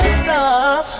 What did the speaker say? stop